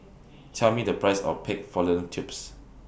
Tell Me The Price of Pig Tubes